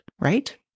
Right